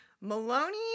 Maloney